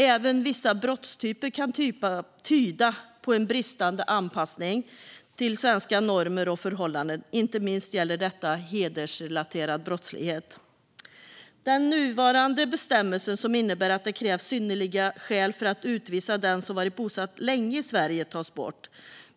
Även vissa brottstyper kan tyda på en bristande anpassning till svenska normer och förhållanden. Inte minst gäller detta hedersrelaterad brottslighet. Den nuvarande bestämmelsen, som innebär att det krävs synnerliga skäl för att utvisa den som varit bosatt länge i Sverige, tas bort.